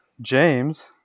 James